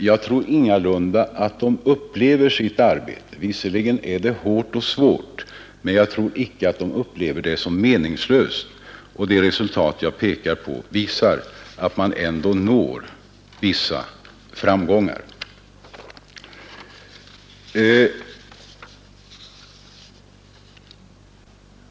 Jag tror ingalunda att de upplever sitt arbete — trots att det är hårt och svårt — som meningslöst. De resultat jag pekat på visar att man ändå når framgångar.